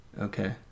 Okay